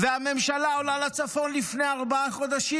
הממשלה עולה לצפון לפני ארבעה חודשים,